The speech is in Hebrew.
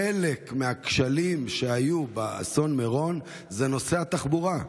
חלק מהכשלים שהיו באסון מירון הם בנושא התחבורה.